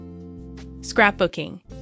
Scrapbooking